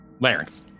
Larynx